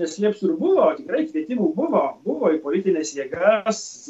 neslėpsiu ir buvo tikrai kvietimų buvo buvo į politines jėgas